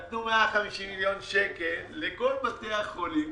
נתנו 150 מיליון שקל לכל בתי החולים